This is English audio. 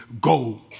go